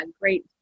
great